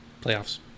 playoffs